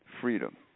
Freedom